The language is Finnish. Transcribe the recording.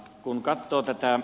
kun tahtoo tietää